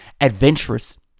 Adventurous